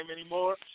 anymore